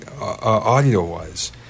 audio-wise